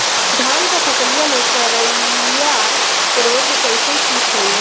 धान क फसलिया मे करईया रोग कईसे ठीक होई?